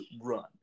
run